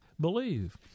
believe